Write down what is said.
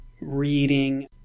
reading